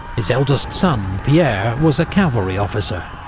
his eldest son pierre was a cavalry officer,